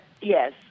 yes